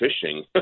fishing